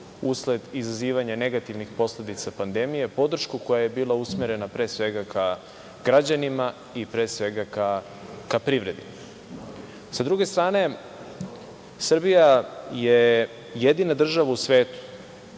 usled izazivanja negativnih posledica pandemije, podršku koja je bila usmerena, pre svega, ka građanima i, pre svega, ka privredi.S druge strane Srbija, je jedina država u svetu,